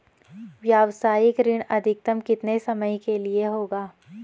व्यावसायिक ऋण अधिकतम कितने समय के लिए होगा?